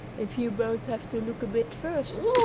if you both have to look a bit first?